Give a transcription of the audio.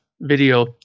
video